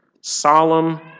solemn